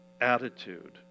attitude